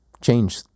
change